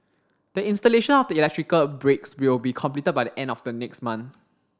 the installation of the electrical breaks will be completed by the end of the next month